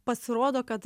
pasirodo kad